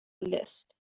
list